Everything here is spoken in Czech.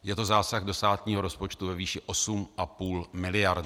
Je to zásah do státního rozpočtu ve výši 8,5 miliardy.